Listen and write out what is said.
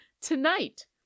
tonight